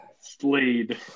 Slade